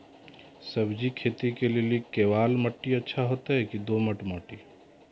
सब्जी खेती के लेली केवाल माटी अच्छा होते की दोमट माटी?